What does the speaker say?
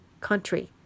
country